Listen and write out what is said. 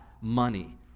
money